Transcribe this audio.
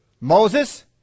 Moses